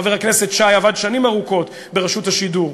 חבר הכנסת שי עבד שנים רבות ברשות השידור,